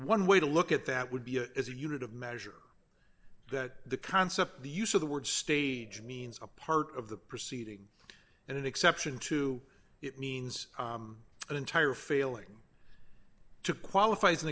cents way to look at that would be a is a unit of measure that the concept the use of the word stage means a part of the proceeding and an exception to it means an entire failing to qualify as an